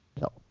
No